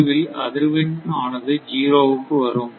முடிவில் அதிர்வெண் ஆனது 0 க்கு வரும்